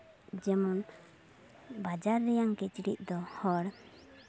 ᱡᱮᱢᱚᱱ ᱵᱟᱡᱟᱨ ᱨᱮᱭᱟᱜ ᱠᱤᱪᱨᱤᱡ ᱫᱚ ᱦᱚᱲ